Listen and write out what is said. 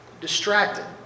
distracted